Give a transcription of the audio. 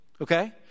Okay